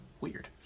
Weird